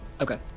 Okay